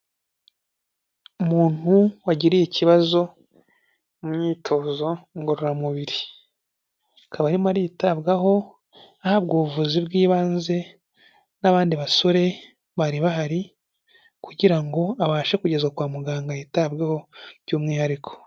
Umuntu wagiriye ikibazo mu myitozo ngororamubiri, akaba arimo aritabwaho ahabwa ubuvuzi bw'ibanze n'abandi basore bari bahari kugira ngo abashe kugeza kwa muganga yitabweho by'umwihariko.